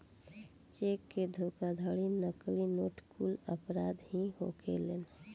check के धोखाधड़ी, नकली नोट कुल अपराध ही होखेलेन